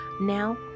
Now